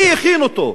מי הכין אותו?